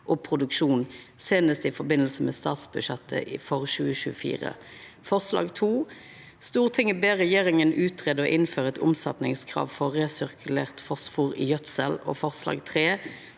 og produksjon, senest i forbindelse med statsbudsjettet for 2024. 2) Stortinget ber regjeringen utrede og innføre et omsetningskrav for resirkulert fosfor i gjødsel. 3)